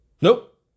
Nope